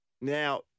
Now